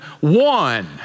one